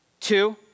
two